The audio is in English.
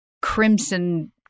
crimson